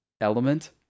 element